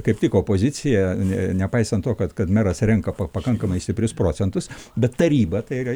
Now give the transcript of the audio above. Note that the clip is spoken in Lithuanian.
kaip tik opozicija nepaisant to kad kad meras renka pakankamai stiprius procentus bet taryba tai yra